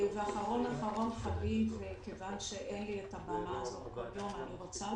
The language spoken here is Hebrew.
הנושא האחרון אותו אני רוצה להעלות.